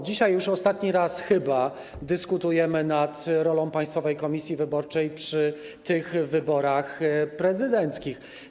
Dzisiaj już ostatni raz chyba dyskutujemy nad rolą Państwowej Komisji Wyborczej przy okazji tych wyborów prezydenckich.